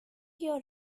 your